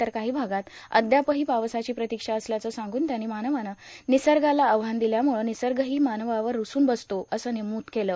तर काही भागात अद्यापही पावसाची प्रतिक्षा असल्याचं सांग्रून त्यांनी मानवानं निसर्गाला आव्हान दिल्यामुळं निसर्गही मानवावर रूसून बसतो असं नमूद केलं